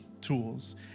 tools